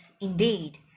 indeed